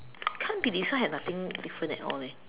can't be this side have nothing different at all leh